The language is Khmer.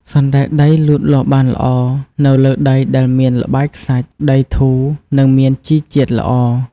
សណ្ដែកដីលូតលាស់បានល្អនៅលើដីដែលមានល្បាយខ្សាច់ ដីធូរ និងមានជីជាតិល្អ។